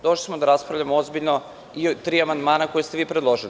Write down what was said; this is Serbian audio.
Došli smo da raspravljamo ozbiljno o tri amandmana koja ste vi predložili.